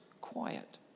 quiet